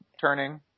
turning